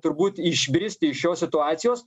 turbūt išbristi iš šios situacijos